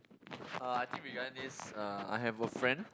uh I think regarding this uh I have a friend